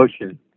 emotion